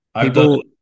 People